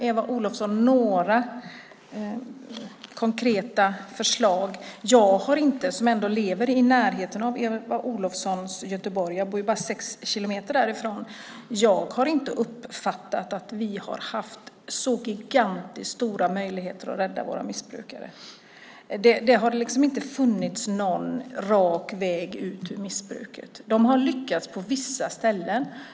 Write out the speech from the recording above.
Eva Olofsson gav några konkreta förslag, men jag har inte, trots att jag lever i närheten av Eva Olofssons Göteborg och bor bara sex kilometer därifrån, uppfattat att vi har haft så gigantiskt stora möjligheter att rädda våra missbrukare. Det har liksom inte funnits någon rak väg ut ur missbruket. Det har lyckats på vissa ställen.